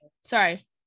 Sorry